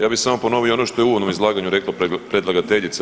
Ja bi samo ponovio ono što je u uvodnom izlaganju rekla predlagateljica.